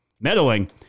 meddling